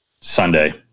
Sunday